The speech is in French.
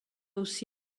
aussi